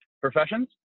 professions